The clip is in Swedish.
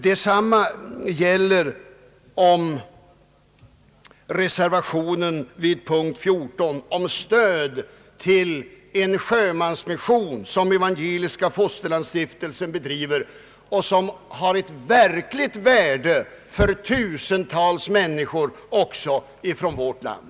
Detsamma <sgäller reservationen vid punkt 14 angående stöd till den sjömansmission som Evangeliska fosterlandsstiftelsen bedriver och som har ett verkligt värde för tusentals människor också från vårt land.